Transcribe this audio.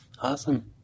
Awesome